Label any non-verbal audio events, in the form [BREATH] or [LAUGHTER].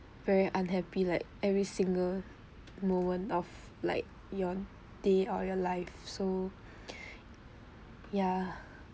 very unhappy like every single moment of like your day or your life so [BREATH] ya